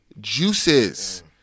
juices